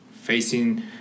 facing